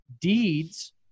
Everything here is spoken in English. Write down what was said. deeds